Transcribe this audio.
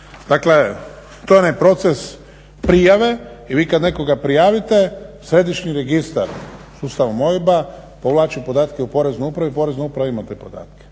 Dakle, to je onaj proces prijave i vi kad nekoga prijavite središnji registar sustavom OIB-a povlači podatke u Poreznu upravu i Porezna uprava ima te podatke.